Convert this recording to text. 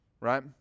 right